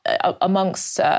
amongst